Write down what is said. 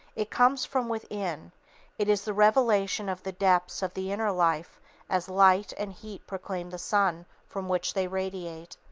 it comes from within it is the revelation of the depths of the inner life as light and heat proclaim the sun from which they radiate.